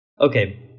Okay